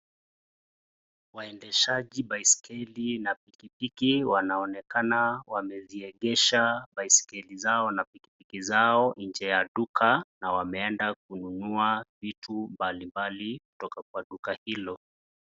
Waendeshaji baiskeli na pikipiki wanaonekana wameziegesha baiskeli zao na pikipiki zao nje ya duka na wameenda kununua vitu mbalimbali kutoka kwa duka hilo.